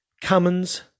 Cummins